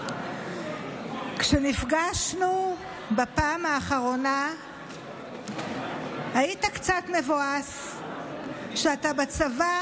"כשנפגשנו בפעם האחרונה היית קצת מבואס שאתה בצבא